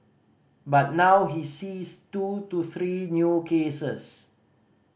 but now he sees two to three new cases